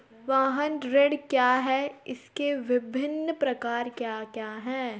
वाहन ऋण क्या है इसके विभिन्न प्रकार क्या क्या हैं?